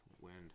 wind